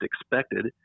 expected